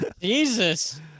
Jesus